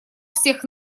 всех